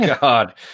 God